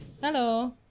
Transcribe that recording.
Hello